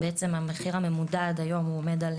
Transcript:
היועצת המשפטית, בבקשה, עו"ד יעל